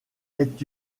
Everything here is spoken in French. est